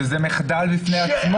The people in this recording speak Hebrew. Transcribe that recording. שזה מחדל בפני עצמו.